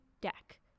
deck